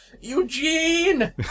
Eugene